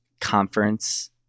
conference